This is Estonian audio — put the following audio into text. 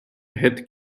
hetk